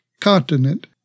continent